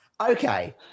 okay